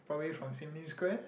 probably from Sim-Lim-square